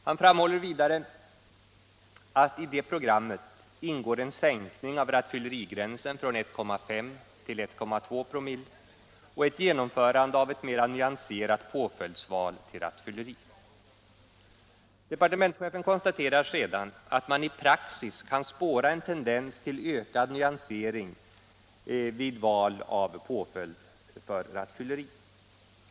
Han framhåller vidare att i det programmet ingår en sänkning av rattfyllerigränsen från 1,5 till 1,2 2/00 och ett genomförande av ett mera nyanserat påföljdsval för rattfylleri. Departementschefen konstaterar sedan att man i praxis kan spåra en tendens till ökad nyansering vid val av påföljd till rattfylleri.